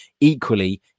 Equally